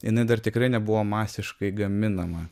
jinai dar tikrai nebuvo masiškai gaminama